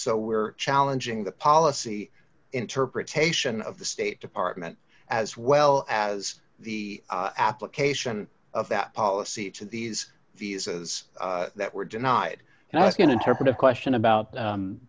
so we're challenging the policy interpretation of the state department as well as the application of that policy to these visas that were denied and i was going interpretive question about